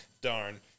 darn